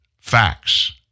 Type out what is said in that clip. facts